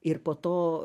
ir po to